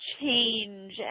change